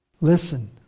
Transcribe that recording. Listen